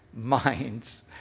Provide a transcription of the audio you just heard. minds